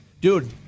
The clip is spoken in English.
Dude